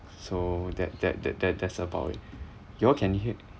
so that that that that that's about it you all can hear